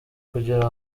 kugira